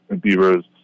Beavers